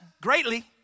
greatly